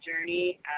journey